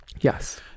Yes